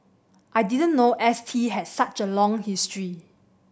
I didn't know S T had such a long history